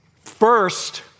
first